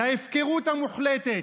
להפקרות המוחלטת,